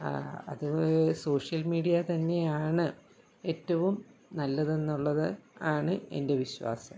അത് social media തന്നെയാണ് ഏറ്റവും നല്ലതെന്നുള്ളത് ആണ് എൻ്റെ വിശ്വാസം